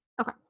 Okay